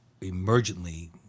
emergently